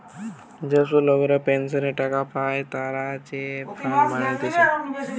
যে সব লোকরা পেনসনের টাকা পায়েটে তারা যে ফান্ড বানাতিছে